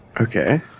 Okay